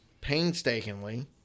painstakingly